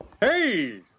Hey